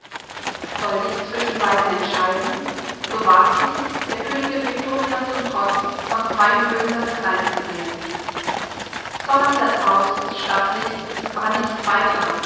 sollt ich zwischen beiden entscheiden so ward ich der königin victoria zum trotz von zwei übeln das kleinste wählen somerset house ist stattlich aber nichts weiter